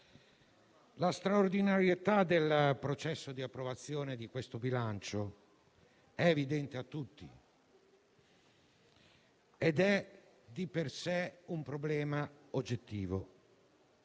la straordinarietà del processo di approvazione di questo bilancio è evidente a tutti ed è di per sé un problema oggettivo.